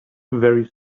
very